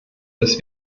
dass